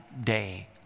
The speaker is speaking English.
day